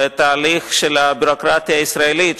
והתהליך של הביורוקרטיה הישראלית,